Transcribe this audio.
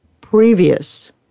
previous